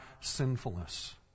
sinfulness